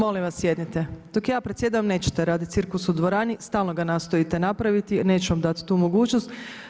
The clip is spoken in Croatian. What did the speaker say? Molim vas sjednite, dok ja predsjedam nećete raditi cirkus u dvorani, stalno ga nastojite napraviti neću vam dati tu mogućnost.